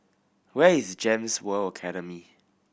where is GEMS World Academy